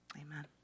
amen